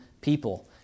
people